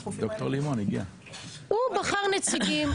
הוא בחר נציגים.